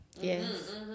Yes